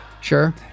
sure